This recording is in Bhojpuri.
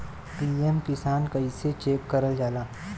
पी.एम किसान कइसे चेक करल जाला?